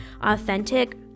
authentic